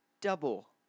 double